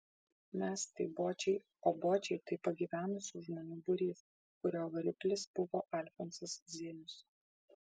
mes tai bočiai o bočiai tai pagyvenusių žmonių būrys kurio variklis buvo alfonsas zienius